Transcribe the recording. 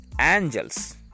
angels